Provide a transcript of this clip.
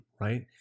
right